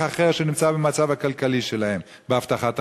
אחר שנמצא במצב הכלכלי שלהם בהבטחת הכנסה?